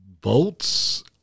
bolts